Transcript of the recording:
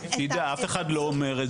טידה אף אחד לא אומר את זה.